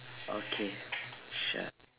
okay sure